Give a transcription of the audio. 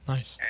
Nice